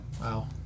Wow